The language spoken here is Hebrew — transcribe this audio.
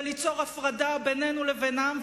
וליצור הפרדה בינינו ובינם,